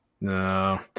No